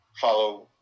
follow